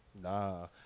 Nah